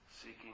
Seeking